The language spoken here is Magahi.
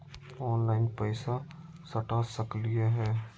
ऑनलाइन पैसा सटा सकलिय है?